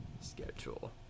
schedule